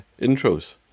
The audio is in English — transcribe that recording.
intros